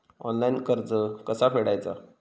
Online कर्ज कसा फेडायचा?